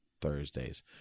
thursdays